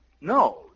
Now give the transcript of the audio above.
No